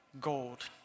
gold